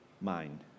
mind